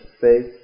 faith